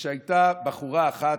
שהייתה בחורה אחת,